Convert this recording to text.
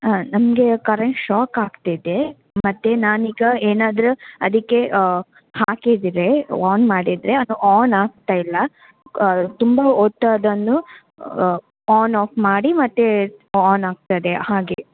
ಹಾಂ ನಮಗೆ current shock ಆಗ್ತಿದೆ ಮತ್ತು ನಾನು ಈಗ ಏನಾದ್ರು ಅದಕ್ಕೆ ಹಾಕಿದಿದ್ದರೆ ಆನ್ ಮಾಡಿದರೆ ಅದು ಆನ್ ಆಗ್ತಾಯಿಲ್ಲ ತುಂಬ ಹೊತ್ ಅದನ್ನು ಆನ್ ಆಫ್ ಮಾಡಿ ಮತ್ತೆ ಆನ್ ಆಗ್ತದೆ ಹಾಗೆ